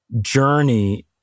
journey